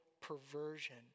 perversion